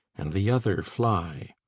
and the other fly!